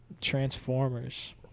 Transformers